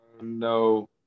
No